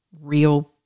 real